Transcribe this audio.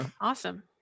Awesome